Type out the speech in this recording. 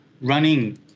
running